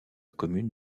commune